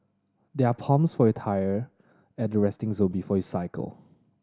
there are pumps for your tyre at the resting zone before you cycle